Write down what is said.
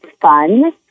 fun